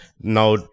now